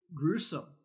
gruesome